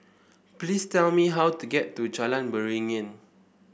please tell me how to get to Jalan Beringin